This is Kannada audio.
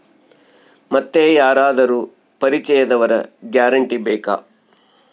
ಮತ್ತೆ ಯಾರಾದರೂ ಪರಿಚಯದವರ ಗ್ಯಾರಂಟಿ ಬೇಕಾ?